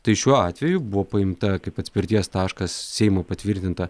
tai šiuo atveju buvo paimta kaip atspirties taškas seimo patvirtinta